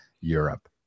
Europe